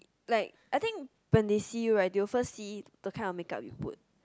like I think when they see you right they will first see the kind of makeup you put